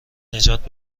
نجات